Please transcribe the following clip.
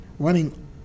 Running